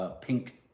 pink